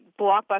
blockbuster